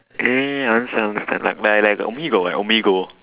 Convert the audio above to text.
ya ya I understand I understand like omegle like omegle